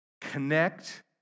Connect